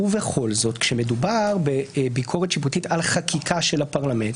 ובכל זאת כאשר מדובר בביקורת שיפוטית על חקיקה של הפרלמנט,